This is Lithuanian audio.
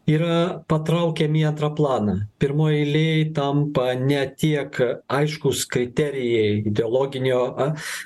yra patraukiami į antrą planą pirmoj eilėj tampa ne tiek aiškūs kriterijai idealoginio aš